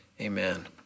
Amen